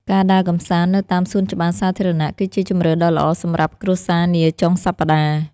ការដើរកម្សាន្តនៅតាមសួនច្បារសាធារណៈ គឺជាជម្រើសដ៏ល្អសម្រាប់គ្រួសារនាចុងសប្តាហ៍។